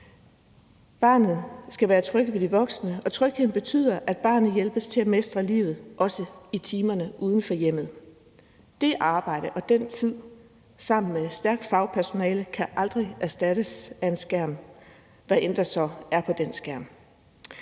Barnet skal være trygt ved de voksne, og trygheden betyder, at barnet hjælpes til at mestre livet, også i timerne uden for hjemmet. Det arbejde og den tid sammen med et stærkt fagpersonale kan aldrig erstattes af en skærm, hvad end der så er på den skærm.